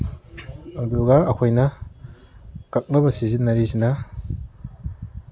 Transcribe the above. ꯑꯗꯨꯒ ꯑꯩꯈꯣꯏꯅ ꯀꯛꯅꯕ ꯁꯤꯖꯟꯅꯔꯤꯁꯤꯅ